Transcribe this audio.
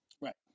Right